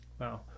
Wow